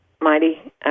mighty